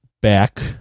back